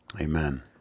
Amen